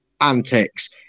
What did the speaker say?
antics